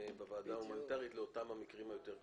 בוועדה ההומניטרית לאותם מקרים היותר קשים.